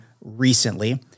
recently